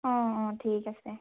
অঁ অঁ ঠিক আছে